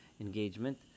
engagement